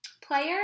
player